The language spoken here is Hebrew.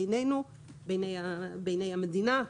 בעינינו ובעיני המדינה.